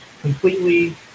completely